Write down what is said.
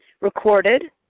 recorded